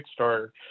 Kickstarter